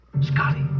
Scotty